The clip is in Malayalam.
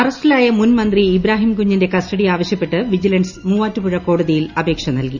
അറസ്റ്റിലായ മുൻമന്ത്രി ഇബ്രാഹിം കുഞ്ഞിന്റെ കസ്റ്റഡി ആവശ്യപ്പെട്ട് വിജിലൻസ് മൂവാറ്റുപുഴ കോടതിയിൽ അപേക്ഷ നൽകി